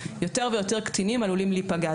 יותר ויותר קטינים עלולים להיפגע.